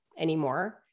anymore